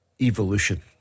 evolution